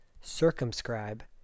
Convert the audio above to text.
Circumscribe